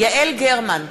יעל גרמן,